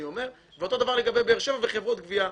ואותו דבר לגבי באר-שבע בחברות גבייה.